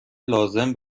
لازم